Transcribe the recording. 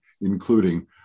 including